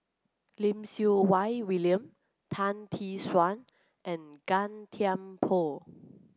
Lim Siew Wai William Tan Tee Suan and Gan Thiam Poh